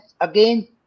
again